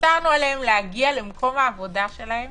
להגיע למקום העבודה שלהם